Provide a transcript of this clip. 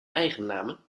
eigennamen